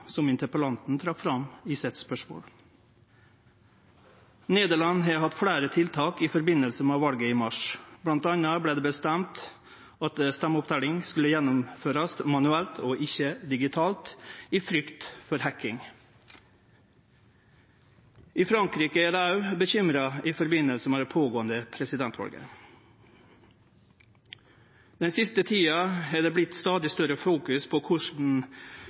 som interpellanten trekte fram i spørsmålet sitt. Nederland har hatt fleire tiltak i forbindelse med valet i mars. Blant anna vart det bestemt at stemmeoppteljinga skulle gjennomførast manuelt og ikkje digitalt, i frykt for hacking. I Frankrike er dei òg bekymra i forbindelse med presidentvalet som pågår no. Den siste tida har det vorte stadig større merksemd rundt korleis